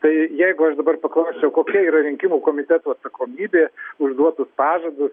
tai jeigu aš dabar paklausčiau kokia yra rinkimų komitetų atsakomybė už duotus pažadus